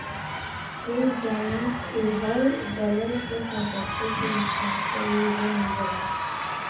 कुल जमा किहल गयल के सम्पत्ति के हिसाब से ही रिन मिलला